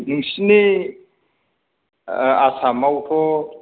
नोंसिनि आसामावथ'